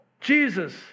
Jesus